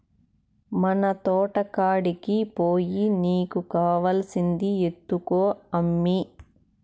మన తోటకాడికి పోయి నీకు కావాల్సింది ఎత్తుకో అమ్మీ